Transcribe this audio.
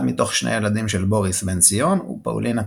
אחד מתוך שני ילדים של בוריס בן-ציון ופאולינה פיק.